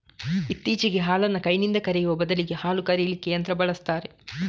ಇತ್ತೀಚೆಗೆ ಹಾಲನ್ನ ಕೈನಿಂದ ಕರೆಯುವ ಬದಲಿಗೆ ಹಾಲು ಕರೀಲಿಕ್ಕೆ ಯಂತ್ರ ಬಳಸ್ತಾರೆ